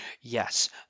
yes